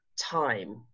time